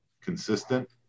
consistent